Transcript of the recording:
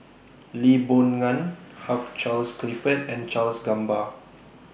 Lee Boon Ngan Hugh Charles Clifford and Charles Gamba